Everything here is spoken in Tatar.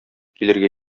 килергә